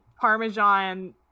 parmesan